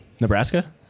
Nebraska